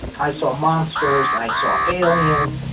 i saw monsters. i saw aliens.